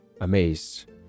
amazed